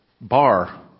bar